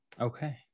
Okay